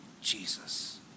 Jesus